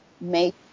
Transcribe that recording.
make